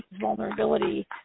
vulnerability